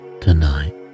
tonight